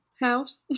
house